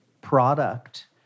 product